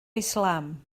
islam